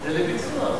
זה לביצוע.